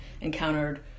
encountered